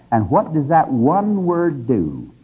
and what does that one word do